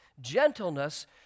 Gentleness